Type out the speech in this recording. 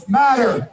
matter